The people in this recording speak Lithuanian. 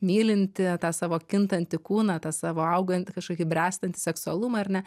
mylinti tą savo kintantį kūną tą savo augan kažkokį bręstantį seksualumą ar ne